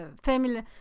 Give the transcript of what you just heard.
family